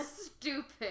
stupid